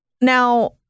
Now